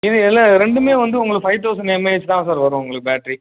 இது எல்லா ரெண்டுமே வந்து உங்களுக்கு five thousand M A H தான் சார் வரும் உங்ளுக்கு பேட்டரி